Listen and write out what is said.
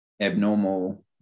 abnormal